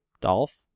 Dolph